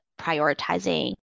prioritizing